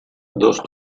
dos